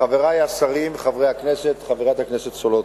חברי השרים, חברי הכנסת, חברת הכנסת סולודקין,